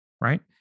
Right